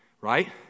right